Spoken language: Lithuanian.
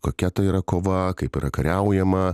kokia tai yra kova kaip yra kariaujama